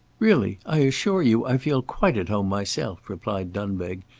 really, i assure you i feel quite at home myself, replied dunbeg,